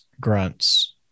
grunts